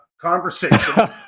conversation